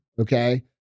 okay